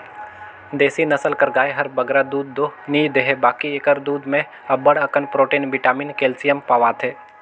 देसी नसल कर गाय हर बगरा दूद दो नी देहे बकि एकर दूद में अब्बड़ अकन प्रोटिन, बिटामिन, केल्सियम पवाथे